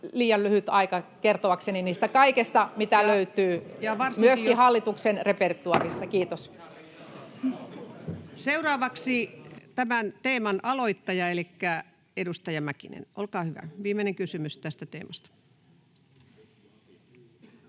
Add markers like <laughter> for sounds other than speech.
liian lyhyt aika kertoakseni siitä kaikesta, mitä löytyy myöskin hallituksen repertuaarista. Kiitos. <noise> Seuraavaksi tämän teeman aloittaja elikkä edustaja Mäkinen, olkaa hyvä. Viimeinen kysymys tästä teemasta.